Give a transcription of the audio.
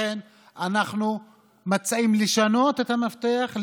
לכן אנחנו מציעים לשנות את המפתח,